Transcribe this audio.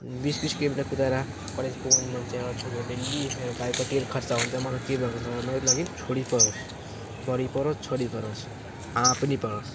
बिस बिसको स्पिडमा कुदाएर कलेज पुगाउन जान्छु एउटा छोरीहरूलाई डेली मेरो बाइकको तेल खर्च हुन्छ मलाई केही भएको छैन मेरो लागि छोरी पढोस् बुहारी पढोस् छोरी पढोस् आमा पनि पढोस्